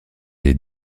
des